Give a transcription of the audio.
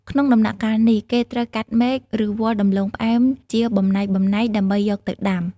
ក្នុងដំណាក់កាលនេះ គេត្រូវកាត់មែក ឬវល្លិ៍ដំឡូងផ្អែមជាបំណែកៗ ដើម្បីយកទៅដាំ។